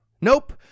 nope